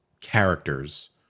characters